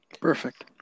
perfect